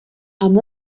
amb